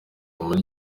muri